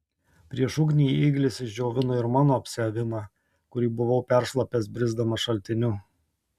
prieš ugnį ėglis išdžiovino ir mano apsiavimą kurį buvau peršlapęs brisdamas šaltiniu